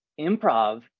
improv